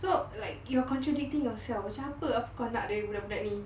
so like you're contradicting yourself macam apa apa kau nak dari budak-budak ni